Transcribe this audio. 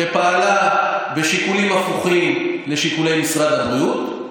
שפעלה בשיקולים הפוכים לשיקולי משרד הבריאות,